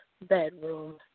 bedroom